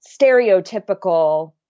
stereotypical